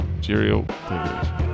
Cheerio